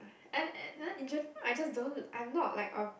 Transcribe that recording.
and and in general I just don't I'm not like a